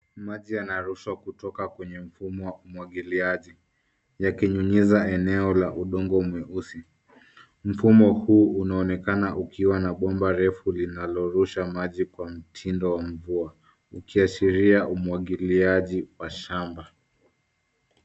Maji yanarushwa kutoka kwenye mfumo wa umwagiliaji yakinyunyiza eneo la udongo mweusi. Mfumo huu unaonekana ukiwa na bomba refu linalorusha maji kwa mtindo wa mvua ukiashiria umwagiliaji wa shamba.